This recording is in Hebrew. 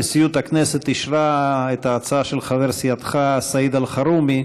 נשיאות הכנסת אישרה את ההצעה של חבר סיעתך סעיד אלחרומי,